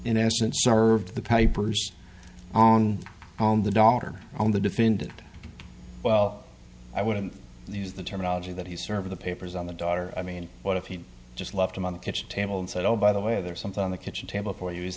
in essence served the papers on home the daughter on the defended well i wouldn't use the terminology that he serve the papers on the daughter i mean what if he'd just left them on the kitchen table and said oh by the way there's something on the kitchen table for you is